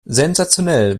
sensationell